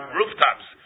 rooftops